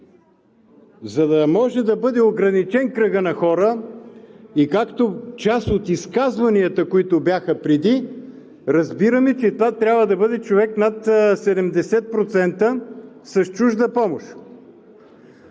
За да може да бъде ограничен кръгът на хора и както част от изказванията, които бяха преди, разбираме, че това трябва да бъде човек над 70% с чужда помощ.